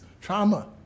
trauma